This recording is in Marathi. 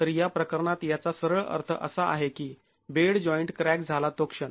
तर या प्रकरणात याचा सरळ अर्थ असा आहे की बेड जॉईंट क्रॅक झाला तो क्षण